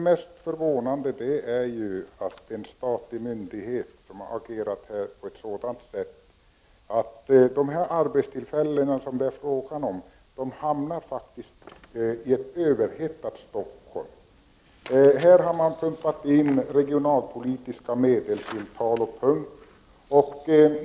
Mest förvånande är att ett statligt organ här har agerat på ett sådant sätt att de arbetstillfällen som det är fråga om faktiskt har hamnat i den överhettade Stockholmsregionen. Man har pumpat in regionalpolitiska medel till SRF Tal & Punkt.